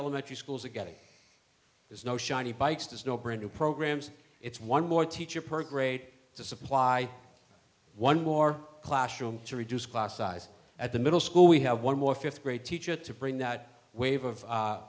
elementary schools are getting there's no shiny bikes there's no brand new programs it's one more teacher per grade to supply one more classroom to reduce class size at the middle school we have one more fifth grade teacher to bring that wave of